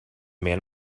man